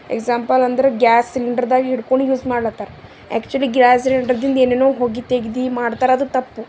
example ಅಂದರೆ gas ಸಿಲಿಂಡರ್ದಾಗ ಹಿಡ್ಕೊಂಡು ಯೂಸ್ ಮಾಡ್ಲತ್ತಾರ ಆ್ಯಕ್ಚುಲಿ ಗ್ಯಾಸ್ ಸಿಲಿಂಡರ್ದಿಂದ ಏನೇನೋ ಹೋಗಿ ತೆಗ್ದು ಮಾಡ್ತಾರ ಅದು ತಪ್ಪು